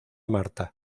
marta